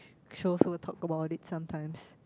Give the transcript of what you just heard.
Sho-Fu talk about it sometime